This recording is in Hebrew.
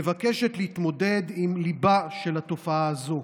מבקשת להתמודד עם ליבה של התופעה הזו.